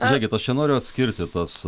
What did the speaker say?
žiūrėkit aš čia noriu atskirti tas